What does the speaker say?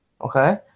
Okay